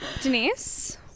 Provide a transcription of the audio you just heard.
Denise